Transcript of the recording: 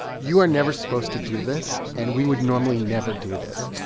you are never supposed to do this. and we would normally never do this.